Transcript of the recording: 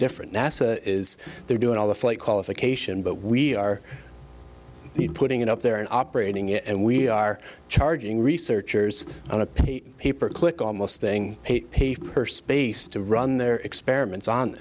different now is they're doing all the flight qualification but we are putting it up there and operating it and we are charging researchers on a pretty paper clip almost thing pay for space to run their experiments on